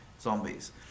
zombies